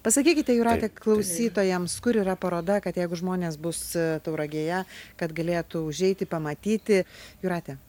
pasakykite jūrate klausytojams kur yra paroda kad jeigu žmonės bus tauragėje kad galėtų užeiti pamatyti jūrate